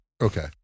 Okay